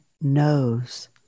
knows